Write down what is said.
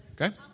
Okay